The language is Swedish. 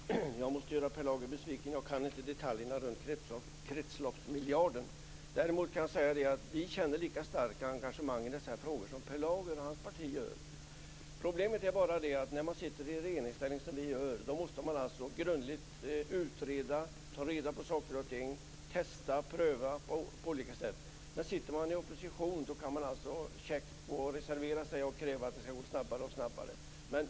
Fru talman! Jag måste göra Per Lager besviken, för jag kan inte detaljerna kring kretsloppsmiljarden. Däremot kan jag säga att vi känner lika starkt engagemang i dessa frågor som Per Lager och hans parti gör. Problemet är bara att när man som vi är i regeringsställning, måste man grundligt utreda, ta reda på saker och ting och testa och pröva på olika sätt. Men sitter man i opposition kan man käckt reservera sig och kräva att det skall gå snabbare och snabbare.